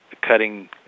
cutting